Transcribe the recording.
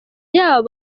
yabo